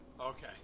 Okay